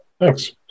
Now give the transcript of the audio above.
Thanks